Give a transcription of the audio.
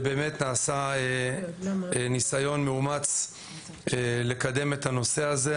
ובאמת נעשה ניסיון מאומץ לקדם את הנושא הזה.